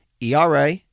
ERA